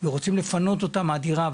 ורוצים לפנות אותם מהדירה,